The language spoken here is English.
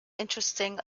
interesting